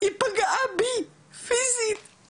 היא פגעה בי פיזית.